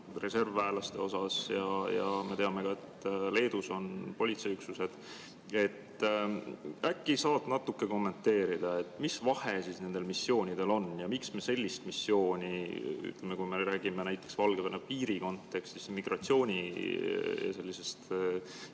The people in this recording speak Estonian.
reservväelasega, ja me teame ka, et Leedus on politseiüksused. Äkki saad natuke kommenteerida, mis vahe nendel missioonidel on? Miks me sellist missiooni, kui me räägime näiteks Valgevene piiri kontekstis migratsioonist,